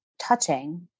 touching